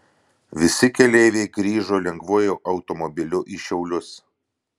visi keleiviai grįžo lengvuoju automobiliu į šiaulius